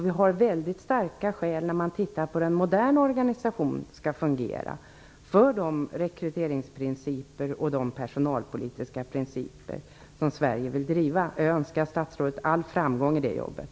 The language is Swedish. Vi har mycket starka skäl när det gäller hur den moderna organisationen skall fungera för de rekryterings och personalpolitiska principer som Sverige vill driva. Jag önskar statsrådet all framgång i det jobbet.